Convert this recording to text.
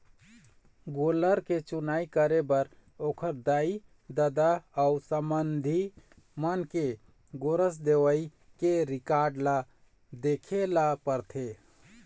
गोल्लर के चुनई करे बर ओखर दाई, ददा अउ संबंधी मन के गोरस देवई के रिकार्ड ल देखे ल परथे